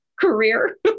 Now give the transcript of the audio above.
career